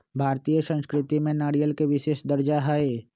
भारतीय संस्कृति में नारियल के विशेष दर्जा हई